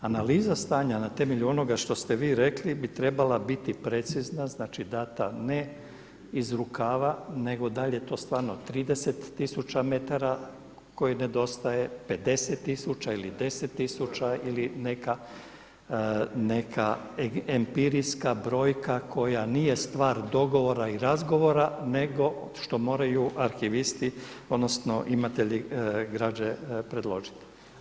Analiza stanja na temelju onoga što ste vi rekli bi trebala biti precizna, znači dana ne iz rukava nego dal je to stvarno 30 tisuća metara koji nedostaje, 50 tisuća ili 10 tisuća ili neka empirijska brojka koja nije stvar dogovora i razgovora nego što moraju arhivisti odnosno imatelji građe predložiti.